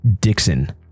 Dixon